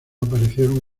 aparecieron